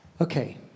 Okay